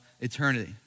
eternity